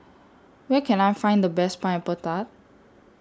Where Can I Find The Best Pineapple Tart